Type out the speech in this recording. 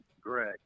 Greg